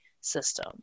system